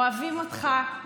אוהבים אותך,